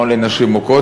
במעון לנשים מוכות,